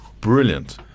brilliant